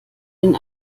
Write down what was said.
den